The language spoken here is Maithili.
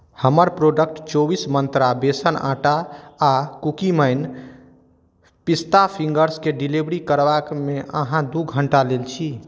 हमर प्रोडक्ट चौबीस मन्त्रा बेसन आटा आ कुकीमैन पिस्ता फिंगर्स के डिलीवरी करबामे अहाँ दू घण्टा लेट छी